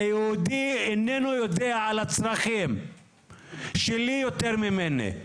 היהודי איננו יודע על הצרכים שלי, יותר ממני,